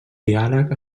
diàleg